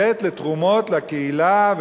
ולתת לתרומות לקהילה,